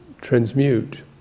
transmute